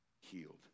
healed